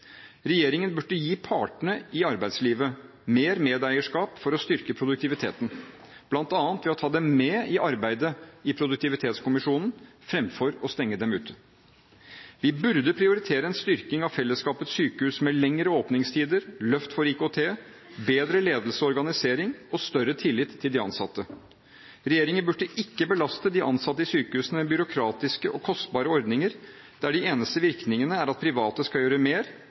Regjeringen burde gi partene i arbeidslivet mer medeierskap for å styrke produktiviteten, bl.a. ved å ta dem med i arbeidet i produktivitetskommisjonen fremfor å stenge dem ute. Vi burde prioritere en styrking av fellesskapets sykehus, med lengre åpningstider, løft for IKT, bedre ledelse og organisering og større tillit til de ansatte. Regjeringen burde ikke belaste de ansatte i sykehusene med byråkratiske og kostbare ordninger, der de eneste virkningene er at private skal gjøre mer